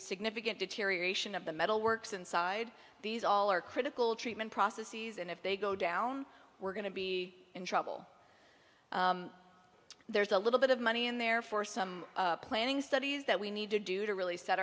significant deterioration of the metal works inside these all are critical treatment processes and if they go down we're going to be in trouble there's a little bit of money in there for some planning studies that we need to do to really set